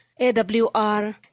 AWR